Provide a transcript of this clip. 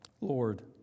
Lord